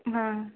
ಹಾಂ